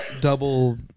double